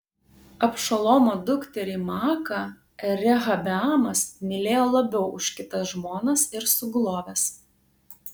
abšalomo dukterį maaką rehabeamas mylėjo labiau už kitas žmonas ir suguloves